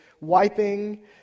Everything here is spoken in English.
wiping